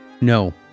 no